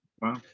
wow